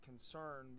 concern